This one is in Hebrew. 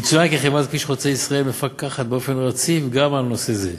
יצוין כי חברת "כביש חוצה ישראל" מפקחת באופן רציף גם על נושא זה.